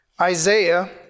Isaiah